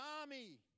army